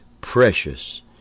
precious